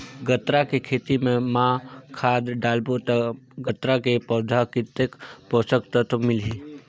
गन्ना के खेती मां खाद डालबो ता गन्ना के पौधा कितन पोषक तत्व मिलही?